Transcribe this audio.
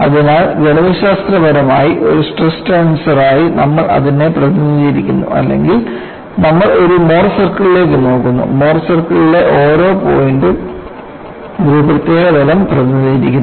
അതിനാൽ ഗണിതശാസ്ത്രപരമായി ഒരു സ്ട്രെസ് ടെൻസറായി നമ്മൾ അതിനെ പ്രതിനിധീകരിക്കുന്നു അല്ലെങ്കിൽ നമ്മൾ ഒരു മോർ സർക്കിളിലേക്ക് നോക്കുന്നുമോർ സർക്കിളിലെ ഓരോ പോയിന്റും ഒരു പ്രത്യേക തലം പ്രതിനിധീകരിക്കുന്നു